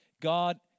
God